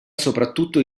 soprattutto